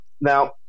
Now